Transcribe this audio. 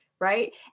Right